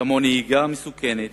כמו נהיגה מסוכנת,